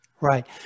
Right